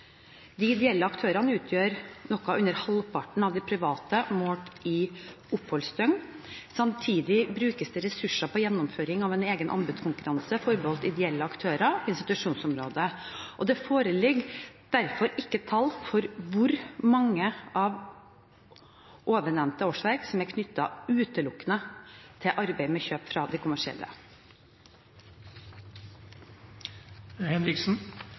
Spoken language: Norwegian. De ideelle aktørene utgjør noe under halvparten av de private målt i oppholdsdøgn. Samtidig brukes det ressurser på gjennomføring av en egen anbudskonkurranse forbeholdt ideelle aktører på institusjonsområdet, og det foreligger derfor ikke tall for hvor mange av ovennevnte årsverk som er knyttet utelukkende til arbeid med kjøp fra de